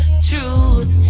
truth